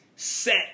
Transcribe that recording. set